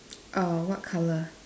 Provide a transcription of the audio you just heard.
err what color